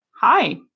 hi